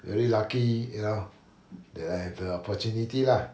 really lucky you know that I have the opportunity lah